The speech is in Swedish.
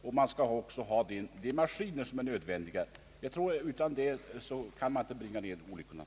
Man måste också ha de maskiner som är nödvändiga. Jag tror inte att man i annat fall kan nedbringa antalet olycksfall.